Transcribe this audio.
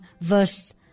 verse